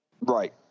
Right